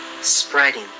spreading